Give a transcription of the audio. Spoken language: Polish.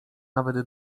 nawet